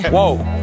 Whoa